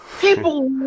People